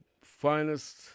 finest